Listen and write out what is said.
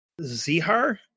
zihar